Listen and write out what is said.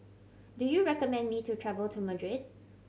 do you recommend me to travel to Madrid